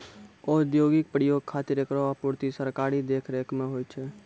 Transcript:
औद्योगिक प्रयोग खातिर एकरो आपूर्ति सरकारी देखरेख म होय छै